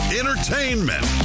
entertainment